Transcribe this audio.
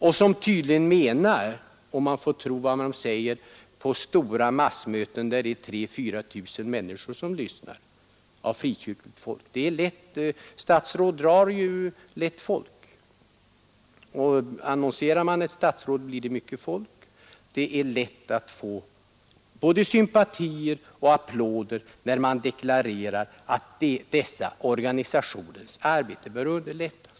De uttalar sig på massmöten, där 3 000 4 000 frikyrkliga människor lyssnar — om man utannonserar ett statsråds närvaro blir det mycket folk. Det är lätt att få både sympatier och applåder när deklarationerna går ut på att dessa organisationers arbete bör underlättas.